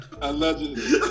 Allegedly